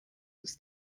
ist